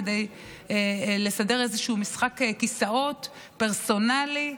כדי לסדר איזשהו משחק כיסאות פרסונלי,